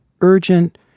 urgent